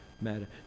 matter